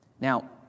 Now